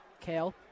Kale